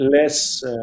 less